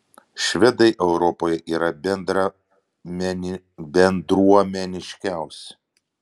švedai europoje yra bendruomeniškiausi lietuviai patys nebendruomeniškiausi